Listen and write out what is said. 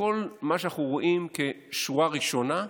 לכל מה שאנחנו רואים כשורה ראשונה,